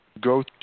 go